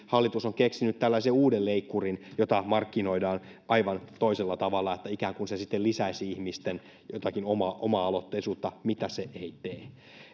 hallitus on keksinyt tällaisen uuden leikkurin jota markkinoidaan aivan toisella tavalla siten että se ikään kuin lisäisi ihmisten jotakin oma aloitteisuutta mitä se ei tee